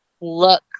look